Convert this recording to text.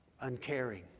Uncaring